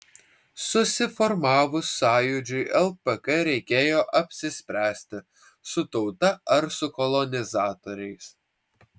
susiformavus sąjūdžiui lpk reikėjo apsispręsti su tauta ar su kolonizatoriais